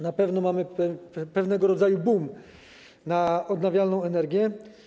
Na pewno mamy pewnego rodzaju boom na odnawialną energię.